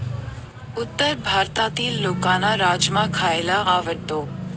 उत्तर भारतातील लोकांना राजमा खायला आवडतो